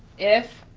if